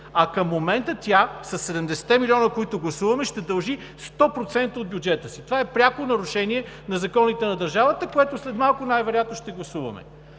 а към момента тя със 70 те милиона, които гласуваме, ще дължи 100% от бюджета си. Това е пряко нарушение на законите на държавата, което след малко най-вероятно ще гласуваме.